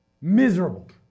miserable